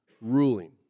ruling